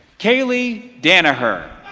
kayleigh dannaher